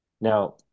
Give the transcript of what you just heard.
Now